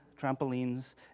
trampolines